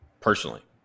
personally